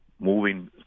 moving